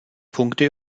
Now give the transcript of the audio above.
punkte